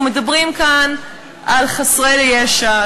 אנחנו מדברים כאן על חסרי ישע,